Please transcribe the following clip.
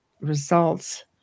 results